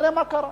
תראה מה קרה.